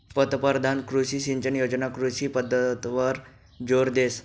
पंतपरधान कृषी सिंचन योजना कृषी पद्धतवर जोर देस